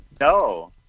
No